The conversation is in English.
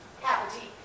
cavity